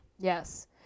Yes